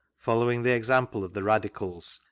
following the examjae of the radicals,